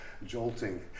Jolting